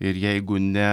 ir jeigu ne